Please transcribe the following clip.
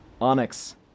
Onyx